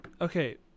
okay